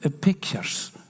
pictures